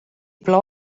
plou